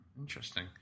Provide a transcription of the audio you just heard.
Interesting